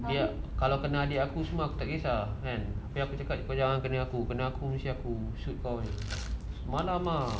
dia kalau kena adik aku semua saya tak kisah tapi saya cakap jangan kena aku kena aku saya shoot kao you semalam lah